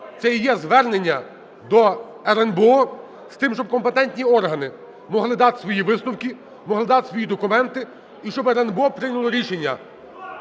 Це і є звернення до РНБО з тим, щоб компетентні органи могли дати свої висновки, могли дати свої документи, і щоб РНБО прийняло рішення.